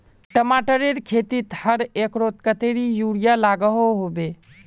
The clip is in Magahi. टमाटरेर खेतीत हर एकड़ोत कतेरी यूरिया लागोहो होबे?